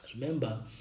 remember